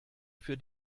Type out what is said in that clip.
für